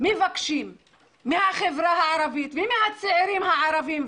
מבקשים מהחברה הערבית ומהצעירים הערבים,